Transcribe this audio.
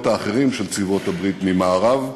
האחרים של צבאות בעלות-הברית ממערב,